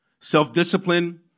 Self-discipline